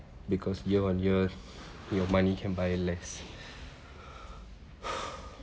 because year on year your money can buy less